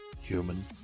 human